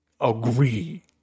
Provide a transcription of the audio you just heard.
agree